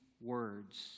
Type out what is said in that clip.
words